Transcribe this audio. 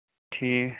ٹھیٖک